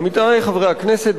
עמיתי חברי הכנסת,